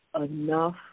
enough